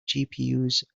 gpus